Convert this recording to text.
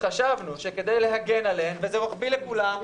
חשבנו שכדי להגן עליהן וזה רוחבי לכולם,